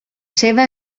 seva